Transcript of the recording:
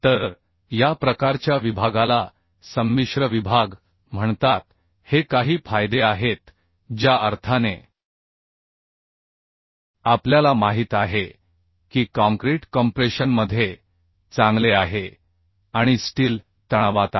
तर या प्रकारच्या विभागाला संमिश्र विभाग म्हणतात हे काही फायदे आहेत ज्या अर्थाने आपल्याला माहित आहे की काँक्रीट कॉम्प्रेशनमध्ये चांगले आहे आणि स्टील तणावात आहे